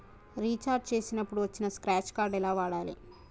Recharge చేసినప్పుడు వచ్చిన scratch card ఎలా వాడాలి?